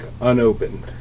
unopened